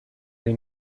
این